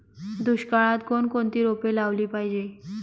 दुष्काळात कोणकोणती रोपे लावली पाहिजे?